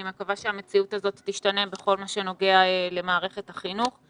אני מקווה שהמציאות הזאת תשתנה בכל מה שנוגע למערכת החינוך.